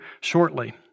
shortly